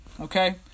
okay